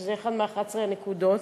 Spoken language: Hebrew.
שהוא אחד מ-11 הנקודות.